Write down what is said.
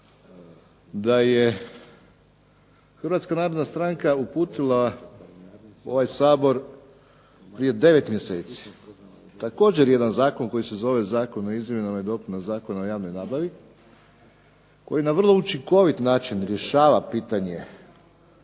da je Hrvatska narodna stranka uputila u ovaj Sabor prije devet mjeseci također jedan zakon koji se zove Zakon o izmjenama i dopunama Zakona o javnoj nabavi koji na vrlo učinkovit način rješava pitanje